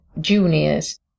Juniors